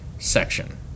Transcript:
section